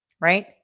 right